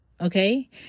Okay